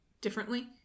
differently